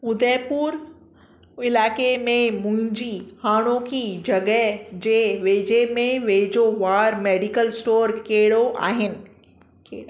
उदयपुर इलाइक़े में मुंहिंजी हाणोकी जॻहि जे वेझे में वेझो वार मैडिकल स्टोर कहिड़ो आहिनि कहिड़ा